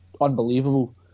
unbelievable